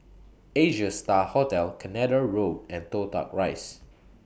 Asia STAR Hotel Canada Road and Toh Tuck Rise